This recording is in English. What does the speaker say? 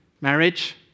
Marriage